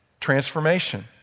transformation